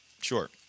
Sure